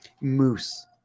Moose